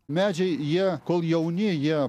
medžiai jie kol jauni jie